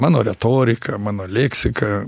mano retorika mano leksika